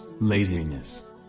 laziness